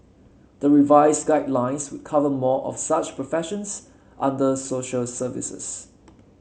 the revised guidelines would cover more of such professions under social services